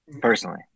personally